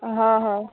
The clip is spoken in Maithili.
हँ हँ